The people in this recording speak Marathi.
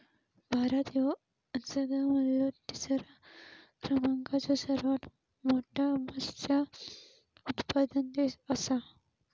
भारत ह्यो जगा मधलो तिसरा क्रमांकाचो सर्वात मोठा मत्स्य उत्पादक देश आसा